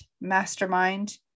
mastermind